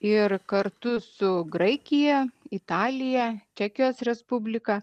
ir kartu su graikija italija čekijos respublika